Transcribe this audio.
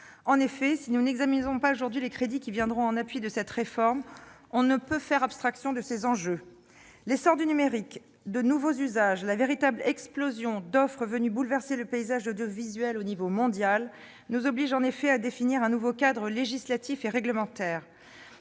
En effet, si nous n'examinons pas aujourd'hui les crédits qui viendront en appui de cette réforme, on ne peut faire abstraction des enjeux qu'elle soulève. L'essor du numérique, de nouveaux usages, la véritable explosion d'offres venues bouleverser le paysage audiovisuel au niveau mondial nous obligent en effet à définir un nouveau cadre législatif et réglementaire.